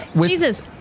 Jesus